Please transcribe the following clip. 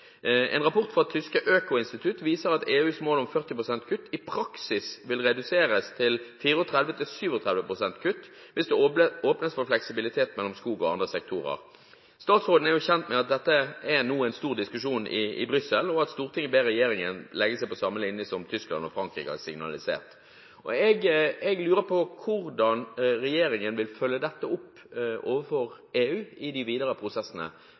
En rapport fra tyske Öko-Institut viser at EUs mål om 40 pst. kutt i praksis vil reduseres til 34–37 pst. kutt hvis det åpnes for fleksibilitet mellom skog og andre sektorer. Statsråden er kjent med at dette nå er en stor diskusjon i Brussel, og at Stortinget ber regjeringen legge seg på samme linje som Tyskland og Frankrike har signalisert. Jeg lurer på hvordan regjeringen vil følge dette opp overfor EU i de videre prosessene,